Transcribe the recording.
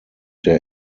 der